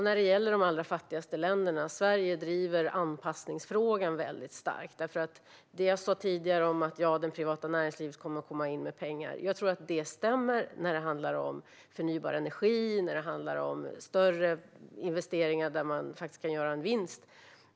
När det gäller de allra fattigaste länderna driver Sverige anpassningsfrågan väldigt starkt. Jag sa tidigare att det privata näringslivet kommer att komma in med pengar. Jag tror att det stämmer när det handlar om sådant som förnybar energi, med större investeringar där man kan göra en vinst.